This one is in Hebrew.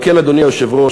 על כן, אדוני היושב-ראש,